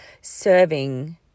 serving